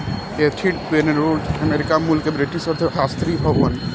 Edith Penrose America मूल के British अर्थशास्त्री हउवन